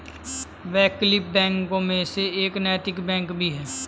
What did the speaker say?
वैकल्पिक बैंकों में से एक नैतिक बैंक भी है